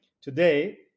Today